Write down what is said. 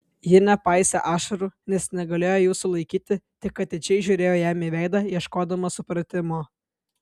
ji nepaisė ašarų nes negalėjo jų sulaikyti tik atidžiai žiūrėjo jam į veidą ieškodama supratimo